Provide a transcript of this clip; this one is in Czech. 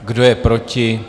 Kdo je proti?